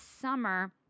summer